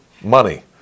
money